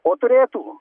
o turėtų